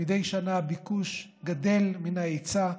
מדי שנה הביקוש גדול מן ההיצע.